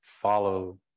follow